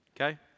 okay